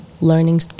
learning